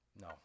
No